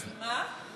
והכי קל להשיג נשק.